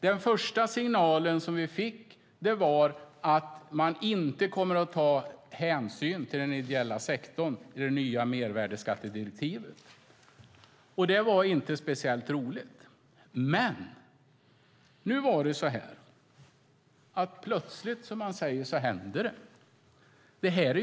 Den första signalen vi fick var att det i det nya mervärdesskattedirektivet inte kommer att tas hänsyn till den ideella sektorn. Detta var inte speciellt roligt. Men plötsligt händer det - som det heter.